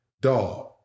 Dog